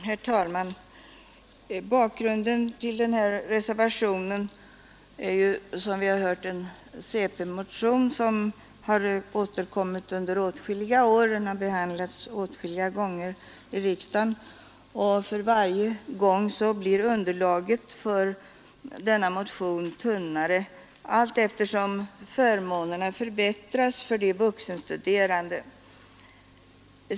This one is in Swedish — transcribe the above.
Herr talman! Bakgrunden till den här reservationen är som vi har hört en centerpartimotion vilken har återkommit åtskilliga gånger och blivit föremål för behandling i riksdagen. Underlaget för denna motion blir allt tunnare alltefter som förmånerna förbättras för de vuxenstuderande.